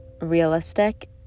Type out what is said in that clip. realistic